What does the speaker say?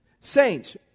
Saints